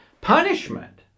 punishment